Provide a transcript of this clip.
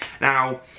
Now